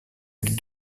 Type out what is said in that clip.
avec